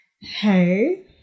Hey